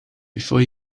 before